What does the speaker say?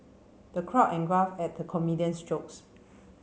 the crowd at the comedian's jokes